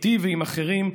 איתי ועם אחרים,